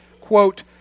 quote